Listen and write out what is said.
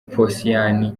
posiyani